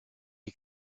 had